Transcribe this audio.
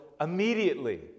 immediately